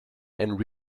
and